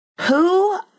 Who